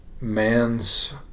man's